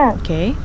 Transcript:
okay